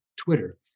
Twitter